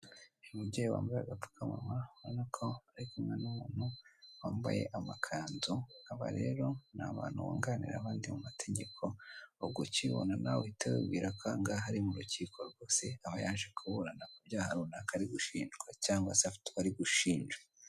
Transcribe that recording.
Uyu mubyeyi wambaye agapfukamunwa urabona ko ari kumwe n'umuntu wambaye amakanzu. Aba rero ni abantu bunganira abandi mu mategeko ubwo ukibabona nawe uhite wibwira ko aha ngaha ari mu rukiko rwose aba yaje kuburana kubyaha runaka ari gushinjwa cyangwa afite uwo ari gushinja .